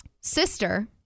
sister